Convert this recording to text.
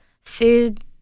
food